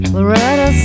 Loretta